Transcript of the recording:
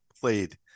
played